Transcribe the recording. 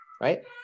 right